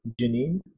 Janine